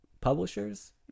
publishers